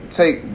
take